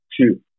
two